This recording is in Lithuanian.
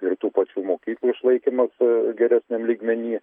ir tų pačių mokyklų išlaikymas a geresniam lygmeny